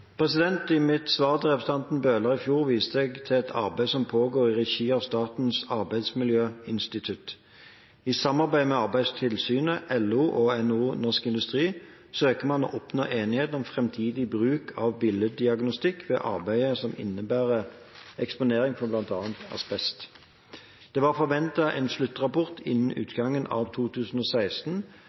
I mitt svar til representanten Bøhler i fjor viste jeg til et arbeid som pågår i regi av Statens arbeidsmiljøinstitutt. I samarbeid med Arbeidstilsynet, LO og NHO Norsk Industri søker man å oppnå enighet om framtidig bruk av bildediagnostikk ved arbeid som innebærer eksponering for bl.a. asbest. Det var forventet en sluttrapport innen utgangen av 2016